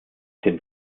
dem